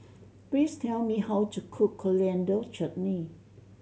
please tell me how to cook Coriander Chutney